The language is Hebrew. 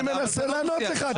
אני מנסה לענות לך.